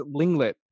Linglet